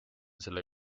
selle